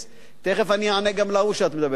תיכף אני אענה גם להוא שאת מדברת אתו.